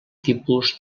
tipus